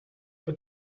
but